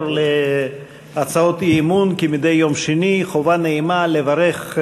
הצעת חוק חינוך ממלכתי (תיקון,